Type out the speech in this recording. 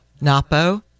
Napo